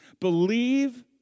Believe